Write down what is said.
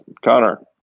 Connor